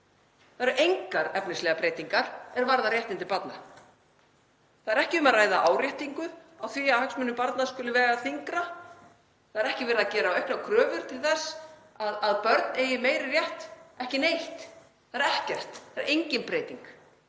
Það eru engar efnislegar breytingar er varða réttindi barna. Það er ekki um að ræða áréttingu á því að hagsmunir barna skuli vega þyngra. Það er ekki verið að gera auknar kröfur til þess að börn eigi meiri rétt, ekki neitt. Það er ekkert, það engin breyting.